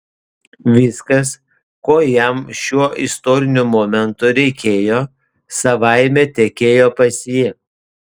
viskas ko jam šiuo istoriniu momentu reikėjo savaime tekėjo pas jį